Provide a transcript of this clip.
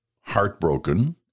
heartbroken